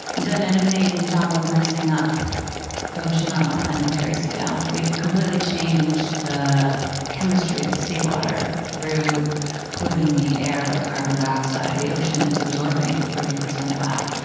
done an amazing job of messing up the ocean on a planetary scale. we've completely changed the chemistry of seawater through polluting the air with carbon dioxide. the ocean is absorbing thirty percent of that,